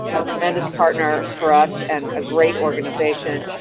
a tremendous partner for us and a great organization.